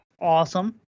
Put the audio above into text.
awesome